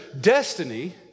destiny